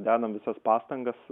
dedam visas pastangas